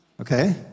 Okay